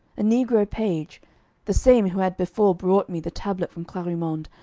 a negro page the same who had before brought me the tablet from clarimonde,